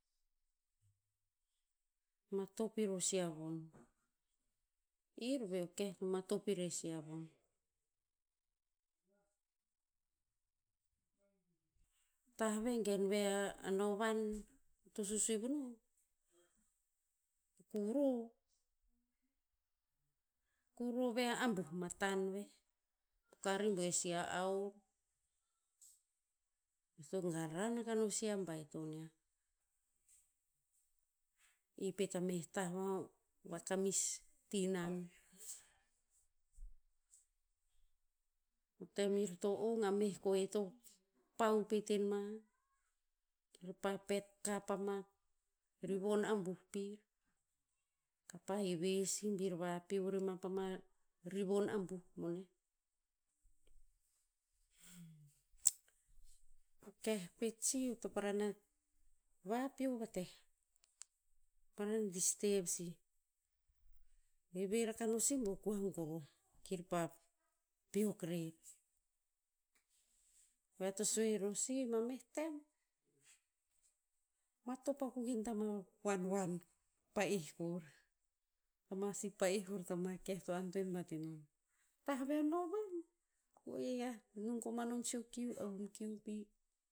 Matop iror si a von. Ir e o keh to matop irer si a von. Tah ve gen ve a novan to susue vunoh, a kuro. Kuro ve a abuh matan veh. Poka rebuer si a ao. Eo to garan akah no si a baiton niah. I pet a meh tah va- vakamis tinan. O tem ir to ong a meh koe to pau pet en ma. Kir pa pet kap ama rivon abuh pir. Kapa heve sih bir vapeo rema pama rivon abuh boneh. O keh pet sih to parana vapeo vateh. distev sih. Heve rakah no sih bo kua o goroh kir pa peok rer. Ve ea to sue ror sih mameh tem, matop akuk in ta wanwan, pa'eh kor. Tama si pa'eh kor tama keh to antoen bat inon. Tah ve o novan, goe yiah. Nung koman non si o kiu, o hum kiu pi.